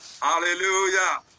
Hallelujah